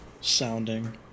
sounding